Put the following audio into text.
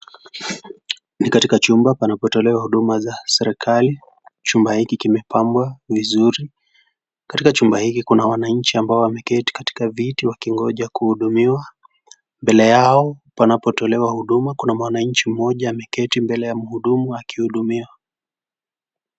Ni katika chumba panapotolewa huduma za serikali. Chumba hiki kimepambwa vizuri. Katika chumba hiki kuna wananchi ambao wameketi katika viti wakingoja kuhudumiwa. Mbele Yao panapotolewa huduma, kuna mwananchi mmoja ameketi mbele ya mhudumu akihudumiwa.